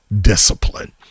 discipline